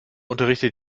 unterrichtet